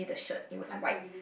luckily